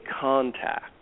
contact